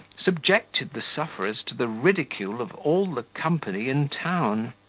subjected the sufferers to the ridicule of all the company in town.